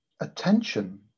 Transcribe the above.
attention